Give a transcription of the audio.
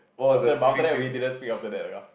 after bottleneck we didn't speak after that you know